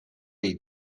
dei